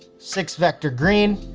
six vector green.